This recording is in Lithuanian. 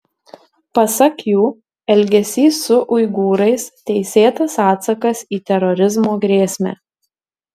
pasak jų elgesys su uigūrais teisėtas atsakas į terorizmo grėsmę